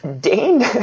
Dane